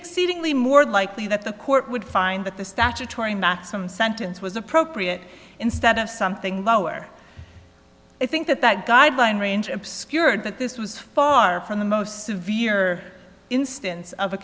exceedingly more likely that the court would find that the statutory maximum sentence was appropriate instead of something lower i think that that guideline range obscured that this was far from the most severe instance of a